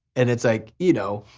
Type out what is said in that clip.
and it's like you know,